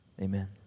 Amen